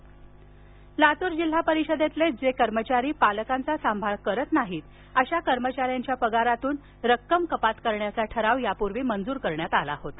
पालकसंगोपन लातूर जिल्हा परिषदेतील जे कर्मचारी पालकांचा सांभाळ करीत नाहीत अशा कर्मचाऱ्यांच्या पगारातून कपात करण्याचा ठराव पारीत करण्यात आला होता